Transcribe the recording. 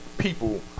People